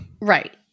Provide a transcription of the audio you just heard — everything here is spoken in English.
right